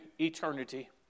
eternity